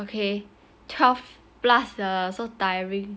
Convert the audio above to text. okay twelve plus so tiring